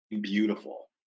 beautiful